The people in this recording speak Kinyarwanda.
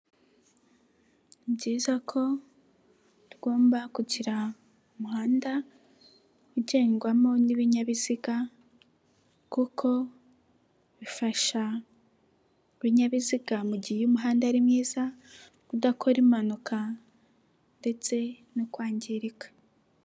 Ni byiza ko tugomba kugira umuhanda ugendwamo n'ibinyabiziga kuko bifasha ibinyabiziga mu gihe iyo umuhanda ari mwiza kudakora impanuka ndetse no kwangirika.